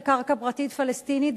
על קרקע פרטית פלסטינית,